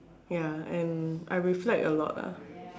ya and I reflect a lot lah